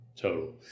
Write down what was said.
Total